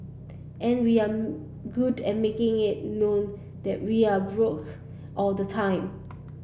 and we're good at making it known that we are broke all the time